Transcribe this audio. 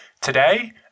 Today